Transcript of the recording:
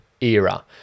era